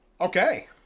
Okay